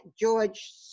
George